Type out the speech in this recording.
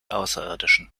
außerirdischen